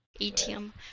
ATM